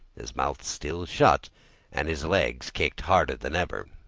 his mouth still shut and his legs kicked harder than ever.